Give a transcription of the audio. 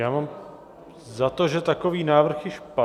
Já mám za to, že takový návrh již padl.